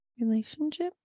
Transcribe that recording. Relationship